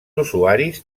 usuaris